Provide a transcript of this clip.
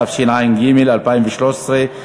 התשע"ג 2013,